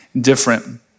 different